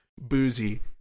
boozy